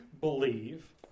believe